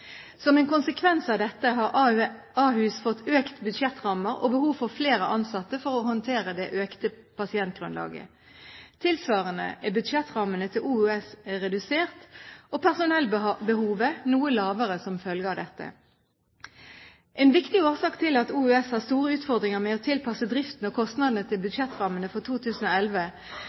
Som en konsekvens av dette har Ahus fått økte budsjettrammer og behov for flere ansatte for å håndtere det økte pasientgrunnlaget. Tilsvarende er budsjettrammene til Oslo universitetssykehus redusert og personellbehovet noe lavere som følge av dette. En viktig årsak til at Oslo universitetssykehus har store utfordringer med å tilpasse driften og kostnadene til budsjettrammene for 2011,